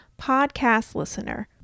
PODCASTLISTENER